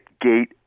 gate